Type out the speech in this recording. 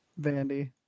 Vandy